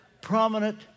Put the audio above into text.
prominent